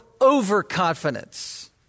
overconfidence